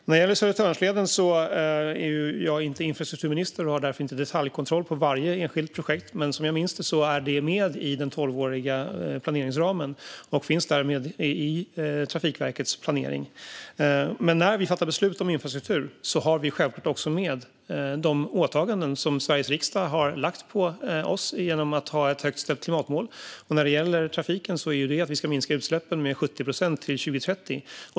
När det gäller Södertörnsleden är jag inte infrastrukturminister och har därför inte detaljkontroll på varje enskilt projekt, men som jag minns det är det med i den tolvåriga planeringsramen och finns därmed i Trafikverkets planering. Men när vi fattar beslut om infrastruktur har vi självklart också med de åtaganden som Sveriges riksdag har lagt på oss genom att ha ett högt ställt klimatmål. När det gäller trafiken innebär det att vi ska minska utsläppen med 70 procent till 2030.